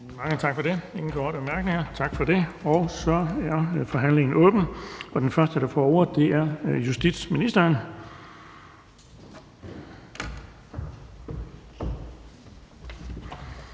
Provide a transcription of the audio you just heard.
Mange tak for det. Der er ingen korte bemærkninger. Så er forhandlingen åben, og den første, der får ordet, justitsministeren.